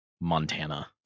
Montana